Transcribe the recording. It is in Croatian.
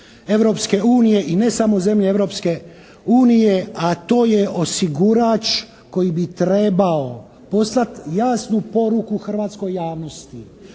Europske unije i ne samo zemlje Europske unije, a to je osigurač koji trebao poslati jasnu poruku hrvatskoj javnosti